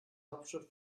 hauptstadt